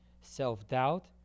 Self-doubt